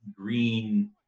green